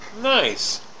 Nice